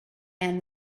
and